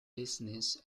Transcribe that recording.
business